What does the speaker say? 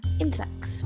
insects